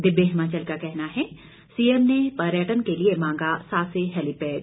दिव्य हिमाचल का कहना है सीएम ने पर्यटन के लिए मांगा सासे हैलीपेड